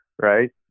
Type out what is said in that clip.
right